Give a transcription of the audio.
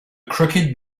crooked